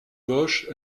gauche